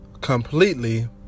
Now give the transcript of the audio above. completely